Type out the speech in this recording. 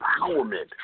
empowerment